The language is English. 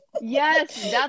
Yes